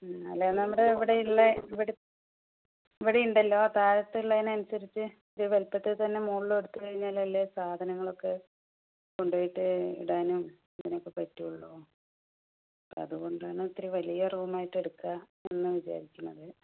ഉം അല്ലെങ്കിൽ നമ്മുടെ ഇവിടെയുള്ള ഇവിടെ ഇവിടെയുണ്ടല്ലോ താഴത്തുള്ളതിനനുസരിച്ച് ഇത്തിരി വലിപ്പത്തിൽത്തന്നെ മുകളിലും എടുത്തു കഴിഞ്ഞാലല്ലേ സാധനങ്ങളൊക്കെ കൊണ്ടു പോയിട്ട് ഇടാനും അങ്ങനെയൊക്കെ പറ്റുകയുള്ളൂ അപ്പോൾ അതുകൊണ്ടാണ് ഇത്തിരി വലിയ റൂമായിട്ടെടുക്കാം എന്നു വിചാരിക്കുന്നത്